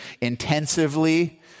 intensively